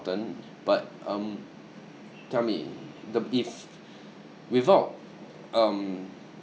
important but um tell me the if without um